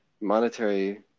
monetary